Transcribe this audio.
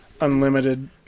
unlimited